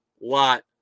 lot